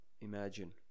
imagine